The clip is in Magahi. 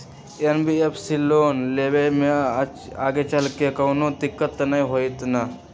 एन.बी.एफ.सी से लोन लेबे से आगेचलके कौनो दिक्कत त न होतई न?